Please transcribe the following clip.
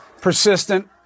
Persistent